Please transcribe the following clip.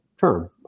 term